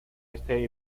este